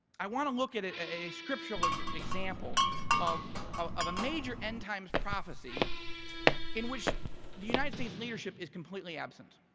i wanna look at at a scriptural ah example of of a major end times prophecy in which the united states leadership is completely absent.